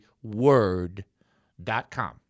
word.com